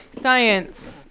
science